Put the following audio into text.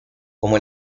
como